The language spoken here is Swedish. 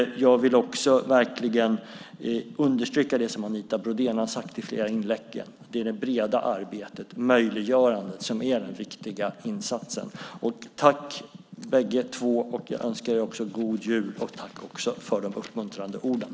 Jag vill också verkligen understryka det som Anita Brodén har sagt i flera inlägg: Det är det breda arbetet, möjliggörandet, som är den viktiga insatsen. Tack, bägge två! Jag önskar er också god jul! Tack också för de uppmuntrande orden!